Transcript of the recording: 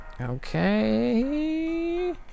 Okay